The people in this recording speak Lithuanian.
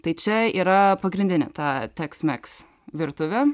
tai čia yra pagrindinė tą teksmeks virtuvė